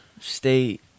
state